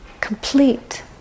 complete